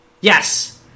yes